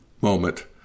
moment